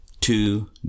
Two